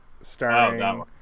starring